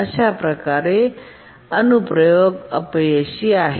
अशा प्रकारे अनु प्रयोग अपयशी आहे